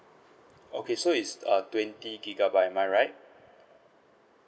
okay so it's a twenty gigabyte am I right